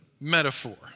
metaphor